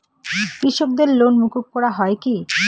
কৃষকদের লোন মুকুব করা হয় কি?